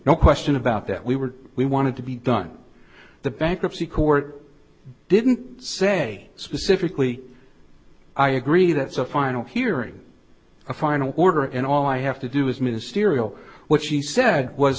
no question about that we were we wanted to be done the bankruptcy court didn't say specifically i agree that's a final hearing a final order and all i have to do is ministerial what she said was